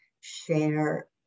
share